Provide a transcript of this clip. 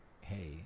hey